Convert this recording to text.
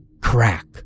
crack